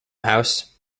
house